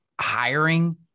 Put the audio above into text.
hiring